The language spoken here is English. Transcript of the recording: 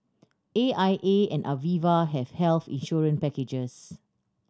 A I A and Aviva have health insurance packages